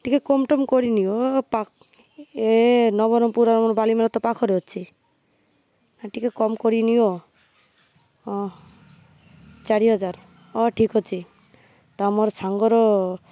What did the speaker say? ଟିକେ କମ୍ ଟମ୍ କରିନିଅ ପା ଏ ନବରଙ୍ଗପୁର ଆମର ବାଲିମେରା ତ ପାଖରେ ଅଛି ଟିକେ କମ୍ କରିନିଅ ହଁ ଚାରିହଜାର ହଉ ଠିକ୍ ଅଛି ତୁମର୍ ସାଙ୍ଗର